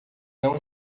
não